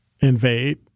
invade